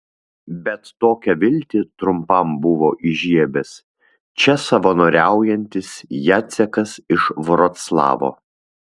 bet tokią viltį trumpam buvo įžiebęs čia savanoriaujantis jacekas iš vroclavo